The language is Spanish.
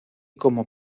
como